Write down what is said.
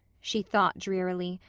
she thought drearily,